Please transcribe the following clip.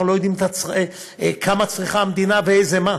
אנחנו לא יודעים כמה צריכה המדינה ואיזה ומה,